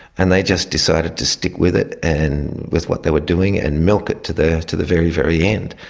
and they just decided to stick with it, and with what they were doing, and milk it to the to the very, very end.